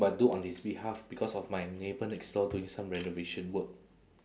but do on his behalf because of my neighbour next door doing some renovation work